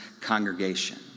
congregation